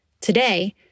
Today